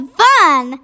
fun